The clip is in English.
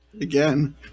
again